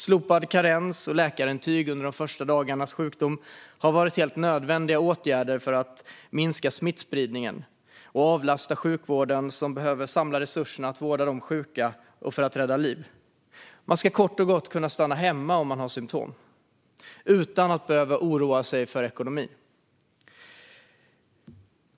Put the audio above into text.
Slopad karens och slopat läkarintyg under de första dagarnas sjukdom har varit helt nödvändiga åtgärder för att minska smittspridningen och avlasta sjukvården, som behöver samla resurserna till att vårda de sjuka och rädda liv. Man ska kort och gott kunna stanna hemma om man har symtom, utan att behöva oroa sig för ekonomin.